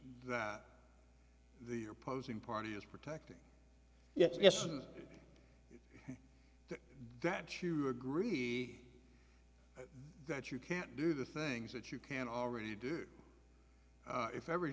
that the opposing party is protecting yes yes and that you agree that you can't do the things that you can already do if every